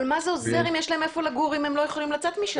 אבל מה זה עוזר אם יש להם איפה לגור אם הם לא יכולים לצאת משם?